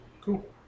Cool